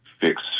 fix